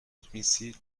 domicile